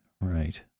Right